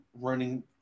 running